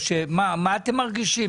מה אתם מרגישים?